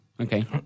Okay